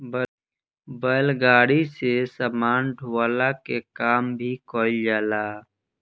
बैलगाड़ी से सामान ढोअला के काम भी कईल जाला